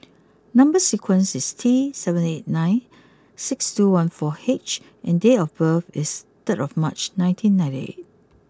number sequence is T seven eight nine six two one four H and date of birth is third of March nineteen ninety eight